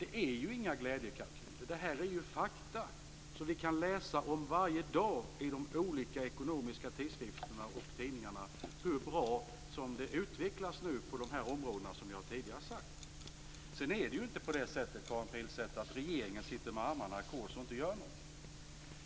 Det är ju inga glädjekalkyler. Det är fakta. Vi kan varje dag i ekonomiska tidskrifter och tidningar läsa om hur bra det utvecklas på de områden som jag tidigare har nämnt. Regeringen sitter inte med armarna i kors, Karin Pilsäter.